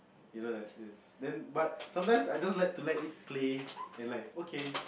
you know that is then but sometimes I just like to let it play and like okay